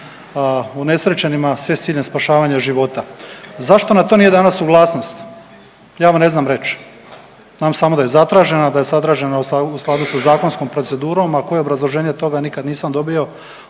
unesrećenima, sve s ciljem spašavanja života. Zašto na to nije dana suglasnost, ja vam ne znam reć, znam samo da je zatražena, da je zatražena u skladu sa zakonskom procedurom, a koje obrazloženje toga nikad nisam dobio